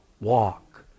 Walk